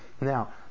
Now